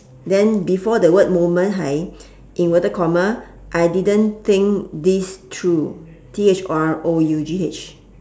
then before the word moment hai inverted comma I didn't think this through T H R O U G H